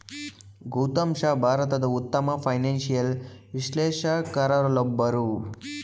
ಗೌತಮ್ ಶಾ ಭಾರತದ ಉತ್ತಮ ಫೈನಾನ್ಸಿಯಲ್ ವಿಶ್ಲೇಷಕರಲ್ಲೊಬ್ಬರು